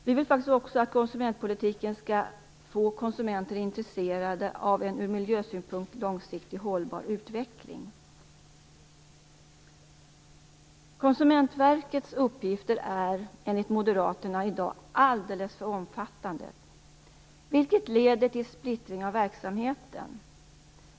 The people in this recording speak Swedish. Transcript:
Vi vill faktiskt också att konsumentpolitiken skall få konsumenterna intresserade av en ur miljösynpunkt långsiktigt hållbar utveckling. Konsumentverkets uppgifter är, enligt Moderaterna, i dag alldeles för omfattande, vilket leder till en splittring av verksamheten.